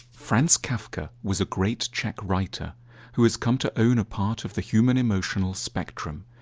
franz kafka was a great chech writer who has come to own a part of the human emotional spectrum,